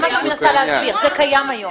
זה קיים היום.